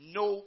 no